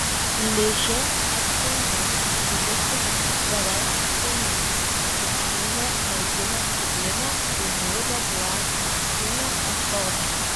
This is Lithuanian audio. ližė atsainiu judesiu beveik atsainiu nustūmė merginos stiklinę už rudo plastikinio ąsočio